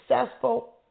successful